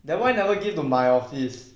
then why never give to my office